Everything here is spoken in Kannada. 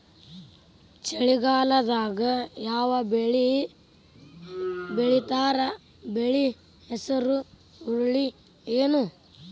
ಚಳಿಗಾಲದಾಗ್ ಯಾವ್ ಬೆಳಿ ಬೆಳಿತಾರ, ಬೆಳಿ ಹೆಸರು ಹುರುಳಿ ಏನ್?